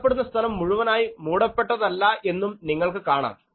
കാണപ്പെടുന്ന സ്ഥലം മുഴുവനായി മൂടപ്പെട്ടതല്ല എന്നും നിങ്ങൾക്ക് കാണാം